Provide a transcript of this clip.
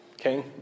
Okay